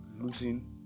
losing